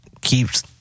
keeps